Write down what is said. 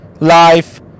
Life